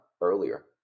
earlier